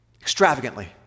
Extravagantly